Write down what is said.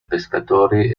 pescatori